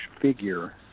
figure